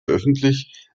öffentlich